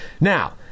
Now